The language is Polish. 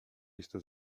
listę